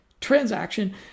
transaction